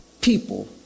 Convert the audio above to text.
people